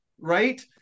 Right